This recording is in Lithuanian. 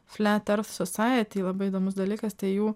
flet ert sosajieti labai įdomus dalykas tai jų